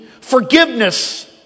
forgiveness